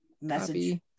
message